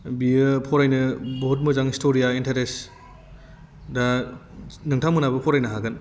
बेयो फरायनो बहुत मोजां स्ट'रिया इन्टारेस्टिं दा नोंथांमोनहाबो फरायनो हागोन